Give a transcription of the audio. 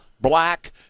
black